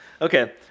Okay